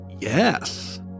yes